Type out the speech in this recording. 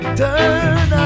turn